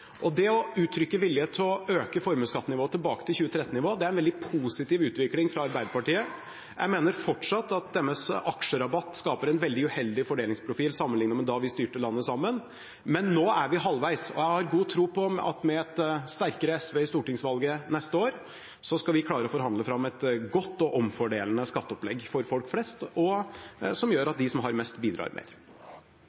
nok. Det å uttrykke vilje til å øke formuesskattenivået tilbake til 2013-nivå er en veldig positiv utvikling fra Arbeiderpartiet. Jeg mener fortsatt at deres aksjerabatt skaper en veldig uheldig fordelingsprofil sammenlignet med da vi styrte landet sammen. Men nå er vi halvveis, og jeg har god tro på at med et sterkere SV etter stortingsvalget neste år skal vi klare å forhandle fram et godt og omfordelende skatteopplegg for folk flest, som gjør